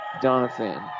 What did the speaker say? Donovan